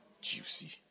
juicy